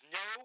no